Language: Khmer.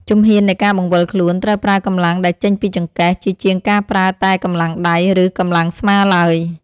ជំហាននៃការបង្វិលខ្លួនត្រូវប្រើកម្លាំងដែលចេញពីចង្កេះ ជាជាងការប្រើតែកម្លាំងដៃ ឬកម្លាំងស្មាឡើយ។